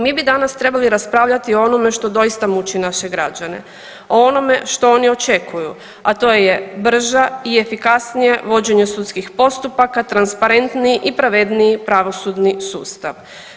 Mi bi danas trebali raspravljati o onome što doista muči naše građane, o onome što oni očekuju a to je brža i efikasnije vođenje sudskih postupaka, transparentniji i pravedniji pravosudni sustav.